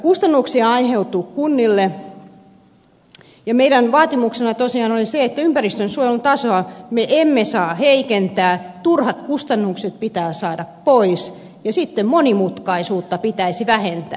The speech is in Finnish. kustannuksia aiheutuu kunnille ja meidän vaatimuksenamme tosiaan oli se että ympäristönsuojelun tasoa me emme saa heikentää turhat kustannukset pitää saada pois ja monimutkaisuutta pitäisi vähentää